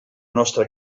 nostra